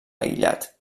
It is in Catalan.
aïllat